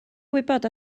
gwybod